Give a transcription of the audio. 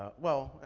ah well,